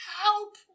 Help